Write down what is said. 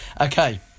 Okay